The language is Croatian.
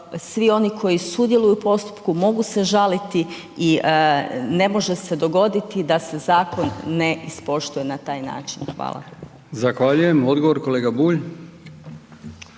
svi oni koji sudjeluju u postupku, mogu se žaliti i ne može se dogoditi da se zakon ne ispoštuje na takav način. Hvala.